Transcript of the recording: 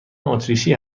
اتریشی